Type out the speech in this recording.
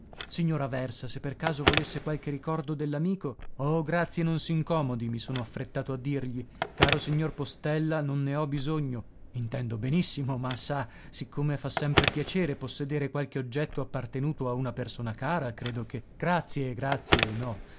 signor aversa se per caso volesse qualche ricordo dell'amico oh grazie non s'incomodi mi sono affrettato a dirgli caro signor postella non ne ho bisogno intendo benissimo ma sa siccome fa sempre piacere possedere qualche oggetto appartenuto a una persona cara credo che grazie grazie no